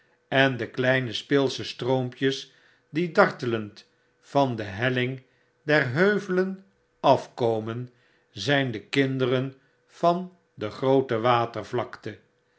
en de kleine speelsche stroompjes die dartelend van de helling der heuvelen afkomen zyn de kinderen van de groote